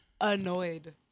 annoyed